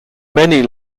many